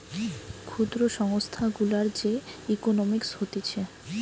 ক্ষুদ্র সংস্থা গুলার যে ইকোনোমিক্স হতিছে